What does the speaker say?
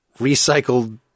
recycled